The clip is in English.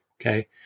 okay